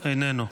איננו.